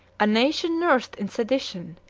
a nation nursed in sedition,